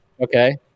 Okay